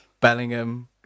Bellingham